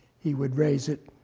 he would raise it,